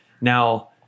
Now